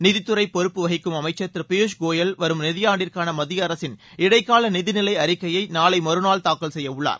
நிதித்துறை பொறுப்பு வகிக்கும் அமைச்சன் திரு பியூஷ் கோயல் வரும் நிதியாண்டிற்கான மத்திய அரசின் இடைக்கால நிதிநிலை அறிக்கையை நாளை மறுநாள் தாக்கல் செய்ய உள்ளார்